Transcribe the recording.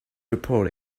report